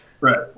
Right